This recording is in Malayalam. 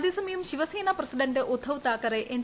അതേസമയം ശിവസേന പ്രസിഡന്റ് ഉദ്ധവ് താക്കറെ എൻ